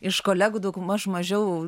iš kolegų daugmaž mažiau